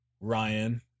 Ryan